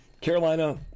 Carolina